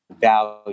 value